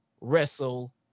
wrestle